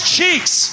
Cheeks